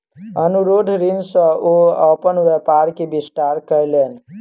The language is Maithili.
अनुरोध ऋण सॅ ओ अपन व्यापार के विस्तार कयलैन